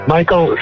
Michael